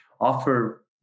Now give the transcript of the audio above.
offer